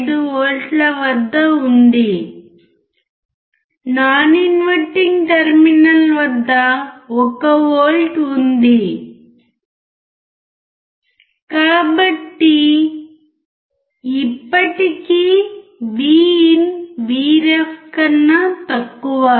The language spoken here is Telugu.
5 వోల్ట్ వద్ద ఉంది నాన్ ఇన్వర్టింగ్ టెర్మినల్ వద్ద1 వోల్ట్ ఉంది కాబట్టి ఇప్పటికీ VIN VREF కన్నా తక్కువ